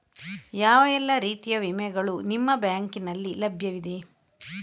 ಯಾವ ಎಲ್ಲ ರೀತಿಯ ವಿಮೆಗಳು ನಿಮ್ಮ ಬ್ಯಾಂಕಿನಲ್ಲಿ ಲಭ್ಯವಿದೆ?